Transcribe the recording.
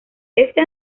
este